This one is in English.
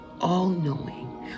all-knowing